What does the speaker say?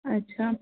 अच्छा